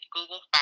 Google